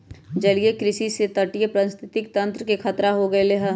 जलीय कृषि से तटीय पारिस्थितिक तंत्र के खतरा हो गैले है